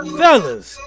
fellas